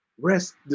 Rest